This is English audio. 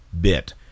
bit